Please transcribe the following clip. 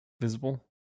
visible